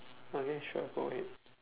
okay sure go ahead